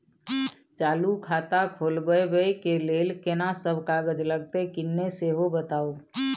चालू खाता खोलवैबे के लेल केना सब कागज लगतै किन्ने सेहो बताऊ?